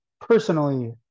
personally